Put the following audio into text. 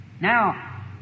Now